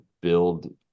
build